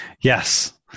Yes